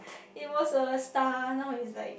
it was a star now is like